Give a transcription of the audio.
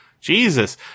Jesus